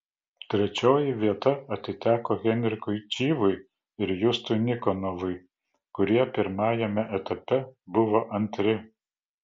trečioji vieta atiteko henrikui čyvui ir justui nikonovui kurie pirmajame etape buvo antri